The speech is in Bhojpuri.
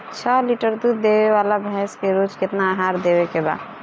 छह लीटर दूध देवे वाली भैंस के रोज केतना आहार देवे के बा?